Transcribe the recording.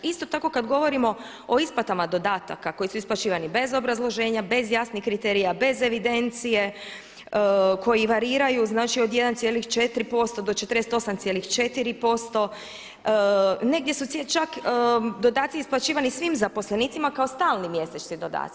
Isto tako kad govorimo o isplatama dodataka koji su isplaćivani bez obrazloženja, bez jasnih kriterija, bez evidencije, koji variraju znači od 1,4% do 48,4% negdje su čak dodaci isplaćivani svim zaposlenicima kao stalni mjesečni dodaci.